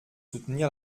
soutenir